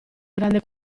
grande